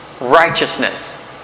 righteousness